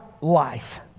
life